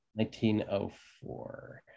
1904